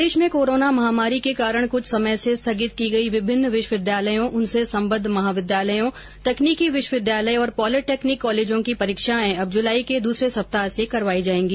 प्रदेश में कोरोना महामारी के कारण कुछ समय के लिए स्थगित की गई विभिन्न विश्वविद्यालयों उनसे सम्बद्ध महाविद्यालयों तकनीकी विश्वविद्यालय और पॉलिटेक्नीक कॉलेजों की परीक्षाएं अब जुलाई के दूसरे सप्ताह से करवाई जायेंगी